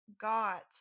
got